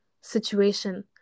situation